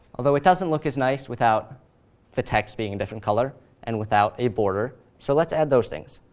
although it doesn't look as nice without the text being a different color and without a border, so let's add those things.